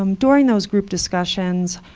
um during those group discussions,